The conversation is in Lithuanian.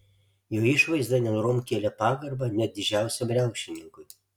jo išvaizda nenorom kėlė pagarbą net didžiausiam riaušininkui